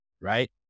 right